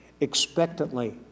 Expectantly